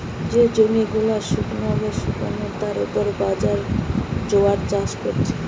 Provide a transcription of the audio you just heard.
যে জমি গুলা শুস্ক আর শুকনো তার উপর বাজরা, জোয়ার চাষ কোরা হচ্ছে